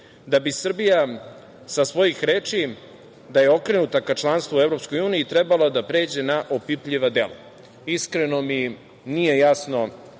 da bi Srbija sa svojih reči, da je okrenuta ka članstvu EU, trebala da pređe na opipljiva dela. Iskreno mi nije jasno